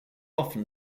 often